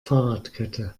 fahrradkette